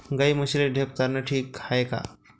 गाई म्हशीले ढेप चारनं ठीक हाये का?